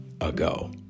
ago